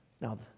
Now